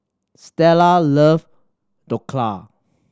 Stella love Dhokla